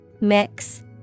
Mix